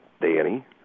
Danny